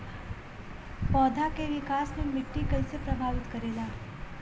पौधा के विकास मे मिट्टी कइसे प्रभावित करेला?